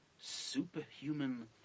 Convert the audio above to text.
superhuman